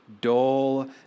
dull